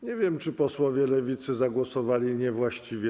Nie wiem, czy posłowie Lewicy zagłosowali niewłaściwie.